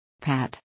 Pat